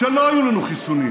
כשלא היו לנו חיסונים.